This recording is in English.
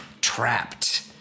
trapped